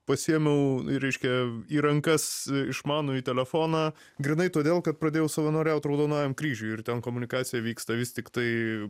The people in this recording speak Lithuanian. pasiėmiau reiškia į rankas išmanųjį telefoną grynai todėl kad pradėjau savanoriaut raudonajam kryžiui ir ten komunikacija vyksta vis tiktai